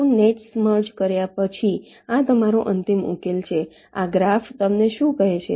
તો nets merge કર્યા પછી આ તમારો અંતિમ ઉકેલ છે આ ગ્રાફ તમને શું કહે છે